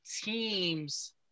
teams